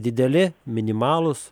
dideli minimalūs